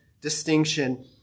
distinction